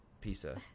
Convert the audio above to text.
Pizza